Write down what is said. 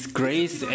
grace